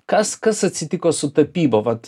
kas kas atsitiko su tapyba vat